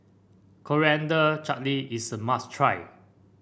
Coriander Chutney is a must try